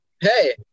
Hey